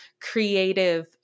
creative